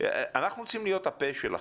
אנחנו רוצים להיות הפה שלכם.